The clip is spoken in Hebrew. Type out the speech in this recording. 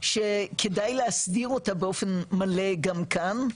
שכדאי להסדיר אותה באופן מלא גם כן,